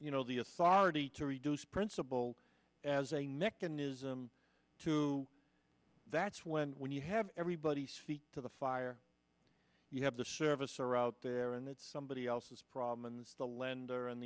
you know the authority to reduce principle as a mechanism to that's when when you have everybody's feet to the fire you have the service are out there and it's somebody else's problem and the lender an